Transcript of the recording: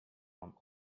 mam